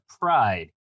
pride